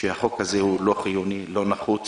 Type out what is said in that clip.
שהחוק הזה הוא לא חיוני, לא נחוץ,